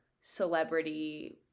celebrity